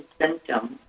symptoms